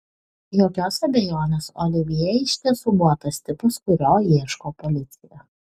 jokios abejonės olivjė iš tiesų buvo tas tipas kurio ieško policija